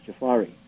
Jafari